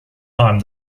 time